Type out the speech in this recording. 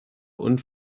und